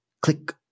Click